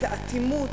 את האטימות,